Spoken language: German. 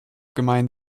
gemeint